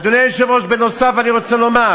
אדוני היושב-ראש, נוסף על כך אני רוצה לומר: